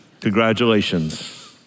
Congratulations